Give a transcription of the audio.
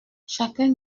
chacun